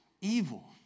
evil